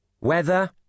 Weather